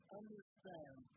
understand